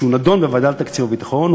כשהוא נדון בוועדה לתקציב הביטחון,